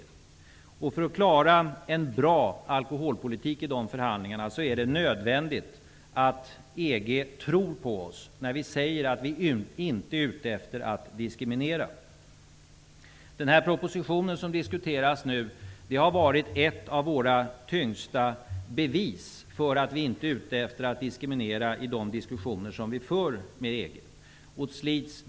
För att vi skall klara av att föra en bra alkoholpolitik i förhandlingarna, är det nödvändigt att EG tror på oss när vi säger att vi inte är ute efter att diskriminera. Propositionen som nu diskuteras har varit ett av våra tyngsta bevis för att vi, i de diskussioner som förs med EG, inte är ute efter att diskriminera.